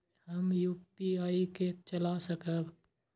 हम यू.पी.आई के चला सकब?